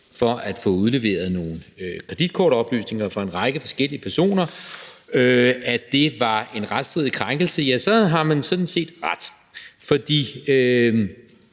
for at få udleveret nogle kreditkortoplysninger fra en række forskellige personer, var en retsstridig krænkelse, ja, så har man sådan set ret, fordi